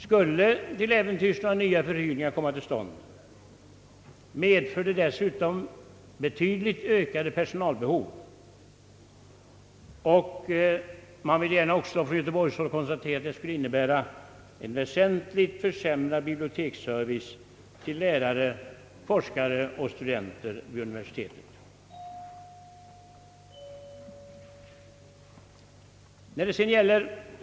Skulle till äventyrs några nya förhyrningar komma till stånd, medför de dessutom betydligt ökade personalbehov, och från göteborgshåll konstateras att det skulle innebära en väsentligt försämrad biblioteksservice för lärare, forskare och studenter vid universitetet.